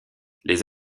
les